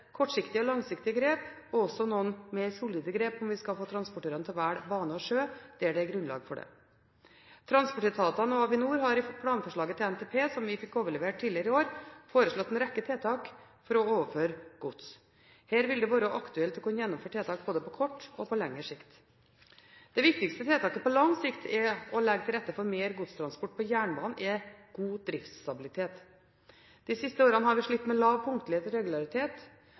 kortsiktige og langsiktige grep, og også noen mer solide grep, om vi skal få transportørene til å velge bane og sjø der det er grunnlag for det. Transportetatene og Avinor har i planforslaget til NTP, som vi fikk overlevert tidligere i år, foreslått en rekke tiltak for å overføre gods. Her vil det være aktuelt å gjennomføre tiltak både på kort og på lengre sikt. Det viktigste tiltaket på lang sikt for å legge til rette for mer godstransport på jernbanen er god driftsstabilitet. De siste årene har vi slitt med lav punktlighet og regularitet,